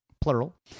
plural